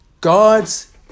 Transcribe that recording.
God's